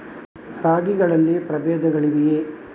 ರಾಗಿಗಳಲ್ಲಿ ಪ್ರಬೇಧಗಳಿವೆಯೇ?